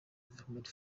development